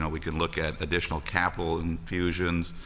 ah we can look at additional capital infusions,